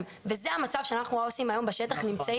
וזה המצב שבו אנחנו העו"סים נמצאים בשטח.